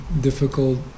difficult